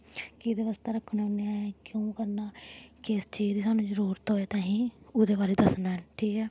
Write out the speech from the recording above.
कि'दे बास्तै रक्खने होन्ने आं अस क्यों करना किस चीज दी सानूं जरूरत होऐ ते आहीं उ'दे बारै दस्सना ऐ ठीक ऐ